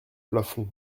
plafond